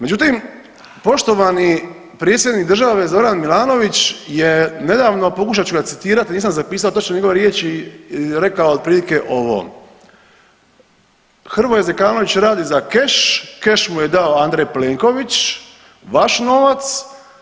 Međutim, poštovani predsjednik države Zoran Milanović je nedavno, pokušat ću ga citirati, nisam zapisao točno njegove riječi, rekao otprilike ovo: „Hrvoje Zekanović radi za keš, keš mu je dao Andrej Plenković, vaš novaca.